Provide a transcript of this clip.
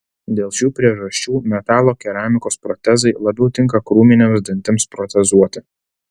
dėl šių priežasčių metalo keramikos protezai labiau tinka krūminiams dantims protezuoti